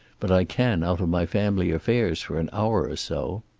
but i can out of my family affairs for an hour or so.